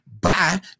bye